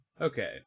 Okay